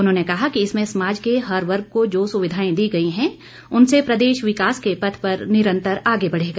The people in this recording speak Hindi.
उन्होंने कहा कि इसमें समाज के हर वर्ग को जो सुविधाएं दी गई हैं उनसे प्रदेश विकास के पथ पर निरंतर आगे बढ़ेगा